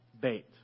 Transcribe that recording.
bait